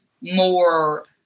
more